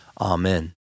Amen